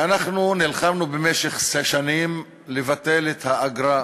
ואנחנו נלחמנו במשך שנים לבטל את האגרה.